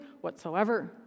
whatsoever